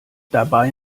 dabei